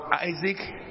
Isaac